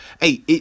Hey